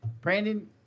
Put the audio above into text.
Brandon